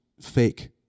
fake